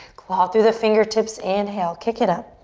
claw through the fingertips, inhale, kick it up.